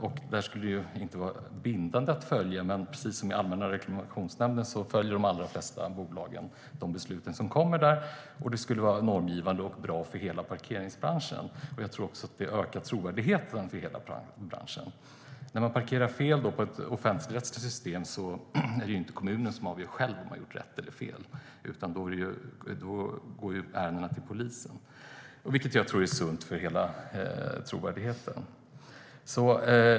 Besluten skulle inte vara bindande att följa. Men precis som i Allmänna reklamationsnämnden följer de allra flesta bolag de beslut som fattas där. Det skulle vara normgivande och bra för hela parkeringsbranschen. Jag tror också att det skulle öka trovärdigheten för hela branschen. När man parkerar fel där ett offentligrättsligt system gäller är det inte kommunen själv som avgör om man har gjort rätt eller fel, utan ärendena går till polisen. Det tror jag är sunt för hela trovärdigheten.